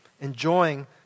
enjoying